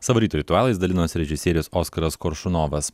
savo ryto ritualais dalinosi režisierius oskaras koršunovas